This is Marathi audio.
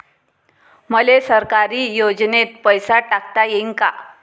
मले सरकारी योजतेन पैसा टाकता येईन काय?